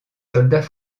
soldats